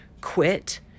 quit